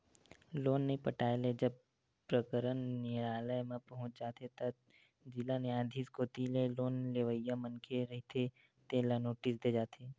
loan नइ पटाए ले जब प्रकरन नियालय म पहुंच जाथे त जिला न्यायधीस कोती ले लोन लेवइया मनखे रहिथे तेन ल नोटिस दे जाथे